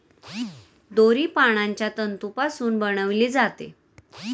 दोरी पानांच्या तंतूपासून बनविली जाते